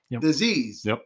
disease